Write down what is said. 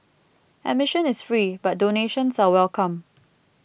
admission is free but donations are welcome